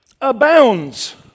abounds